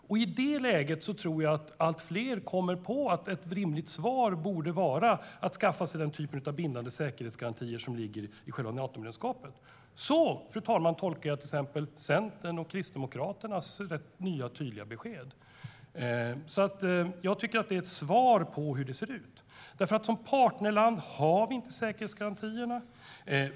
Då kommer nog allt fler på att ett rimligt svar borde vara att skaffa sig den typen av bindande säkerhetsgarantier som ingår i Natomedlemskapet. Så, fru talman, tolkar jag till exempel Centern och Kristdemokraternas nya och tydliga besked. Som partnerland har Sverige inte några säkerhetsgarantier.